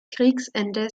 kriegsende